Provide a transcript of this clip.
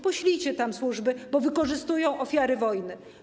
Poślijcie tam służby, bo oni wykorzystują ofiary wojny.